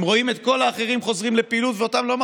חברות וחברי הכנסת, נא לשבת.